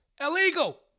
illegal